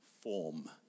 form